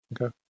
Okay